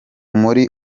muri